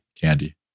candy